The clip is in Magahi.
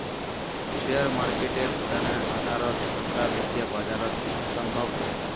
शेयर मार्केटेर तने आधारोत खतरा वित्तीय बाजारत असम्भव छेक